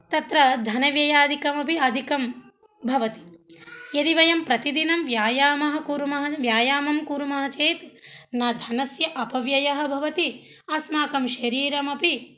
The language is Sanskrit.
तत्र धनव्ययादिकमपि अधिकं भवति यदि वयं प्रतिदिनं व्यायामं कुर्मः व्यायामं कुर्मः चेत् न धनस्य अपव्ययः भवति अस्माकं शरीरमपि